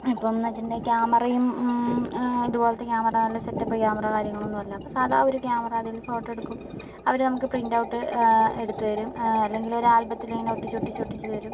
ഇപ്പോൾ എന്ന് വച്ചിട്ടുണ്ടെങ്കിൽ ക്യാമറയും ഇതുപോലെത്തെ ക്യാമറ നല്ല സെറ്റപ്പ് ക്യാമറ കാര്യങ്ങൾ ഒന്നുമല്ല അപ്പോൾ സാദാ ഒരു ക്യാമറ അതിൽ ഫോട്ടോ എടുക്കും അവര് നമുക്ക് പ്രിൻറ് ഔട്ട് എടുത്തു തരും അല്ലെങ്കിൽ ഒരു ആൽബത്തില് ഇങ്ങനെ ഒട്ടിച്ച് ഒട്ടിച്ച് ഒട്ടിച്ച് തരും